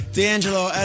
D'Angelo